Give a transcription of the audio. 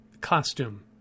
costume